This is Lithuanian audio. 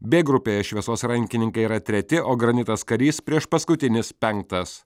b grupėje šviesos rankininkai yra treti o granitas karys priešpaskutinis penktas